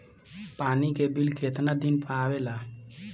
पानी के बिल केतना दिन पर आबे ला?